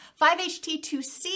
5-HT2C